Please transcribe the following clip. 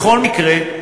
בכל מקרה,